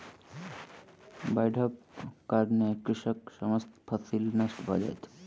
बाइढ़क कारणेँ कृषकक समस्त फसिल नष्ट भ गेल